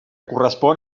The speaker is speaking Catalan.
correspon